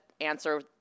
answer